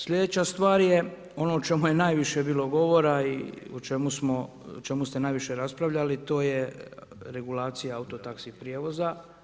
Sljedeća stvar je, ono o čemu je najviše bilo govora i o čemu ste najviše raspravljali to je regulacija autotaksi prijevoza.